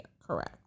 correct